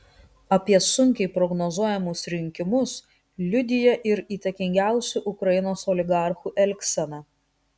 apie sunkiai prognozuojamus rinkimus liudija ir įtakingiausių ukrainos oligarchų elgsena